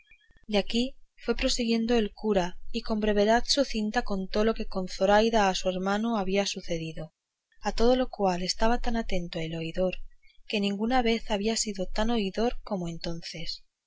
de aquí fue prosiguiendo el cura y con brevedad sucinta contó lo que con zoraida a su hermano había sucedido a todo lo cual estaba tan atento el oidor que ninguna vez había sido tan oidor como entonces